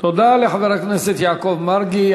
תודה לחבר הכנסת יעקב מרגי.